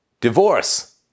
divorce